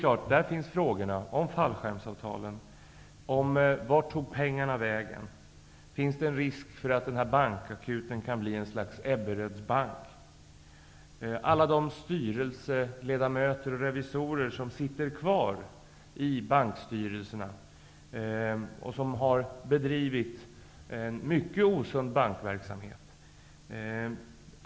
Här gäller det frågor om fallskärmsavtalen, om vart pengarna tog vägen, om det finns risk för att bankakuten kommer att bli ett slags Ebberöds bank och om alla de styrelseledamöter och revisorer som sitter kvar i bankstyrelserna och som har bedrivit en mycket osund bankverksamhet.